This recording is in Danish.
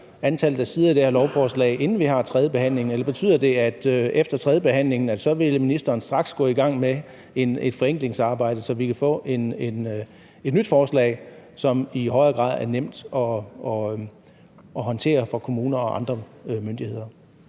antallet af sider i det her lovforslag, inden vi har tredjebehandlingen, eller betyder det, at ministeren efter tredjebehandlingen straks vil gå i gang med et forenklingsarbejde, så vi kan få et nyt forslag, som i højere grad er nemt at håndtere for kommuner og andre myndigheder?